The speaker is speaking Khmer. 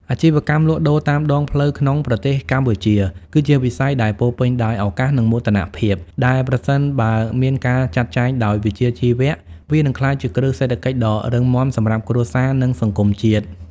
អាជីវកម្មលក់ដូរតាមដងផ្លូវក្នុងប្រទេសកម្ពុជាគឺជាវិស័យដែលពោរពេញដោយឱកាស និងមោទនភាព ដែលប្រសិនបើមានការចាត់ចែងដោយវិជ្ជាជីវៈ វានឹងក្លាយជាគ្រឹះសេដ្ឋកិច្ចដ៏រឹងមាំសម្រាប់គ្រួសារ និងសង្គមជាតិ។